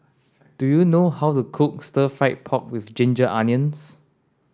do you know how to cook stir fried pork with ginger onions